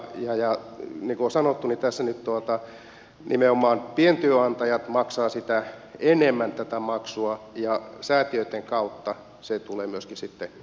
niin kuin on sanottu tässä nyt nimenomaan pientyönantajat maksavat enemmän tätä maksua ja säätiöitten kautta se tulee myöskin sitten maksettavaksi työnantajille